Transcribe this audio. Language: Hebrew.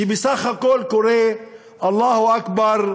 שבסך הכול קורא (אומר בערבית: אללהו אכבר,